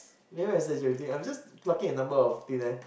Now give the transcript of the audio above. you know there's this rating I'm just plucking a number out of thin air